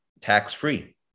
tax-free